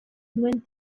duen